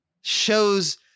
shows